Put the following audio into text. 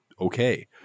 okay